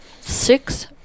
six